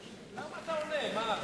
למה אתה עונה?